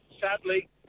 sadly